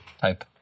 type